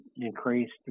increased